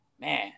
man